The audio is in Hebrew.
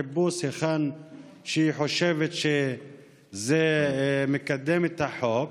חיפוש היכן שהיא חושבת שזה מקדם את החוק,